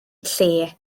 lle